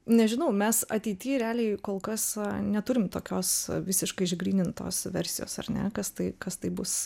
nežinau mes ateity realiai kol kas neturim tokios visiškai išgrynintos versijos ar ne kas tai kas tai bus